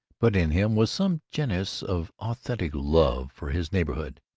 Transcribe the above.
but in him was some genius of authentic love for his neighborhood,